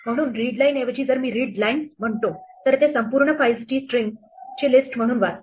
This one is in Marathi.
म्हणून रीडलाईन ऐवजी जर मी रीडलाईन्स म्हणतो तर ते संपूर्ण फाइल्स स्ट्रिंगची लिस्ट म्हणून वाचते